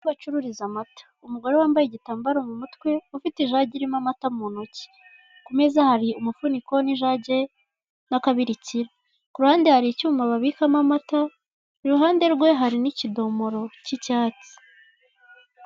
Aho bacururiza amata hari umugore igitambaro mu mutwe ufite ijagi y'amata mu ntoki, ku meza hari umufuniko, ijage n'akabirikira. Ku ruhande hari icyuma babikamo amata, i ruhande rwe hari n'ikidomoro k'icyatsi.